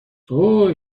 هوووی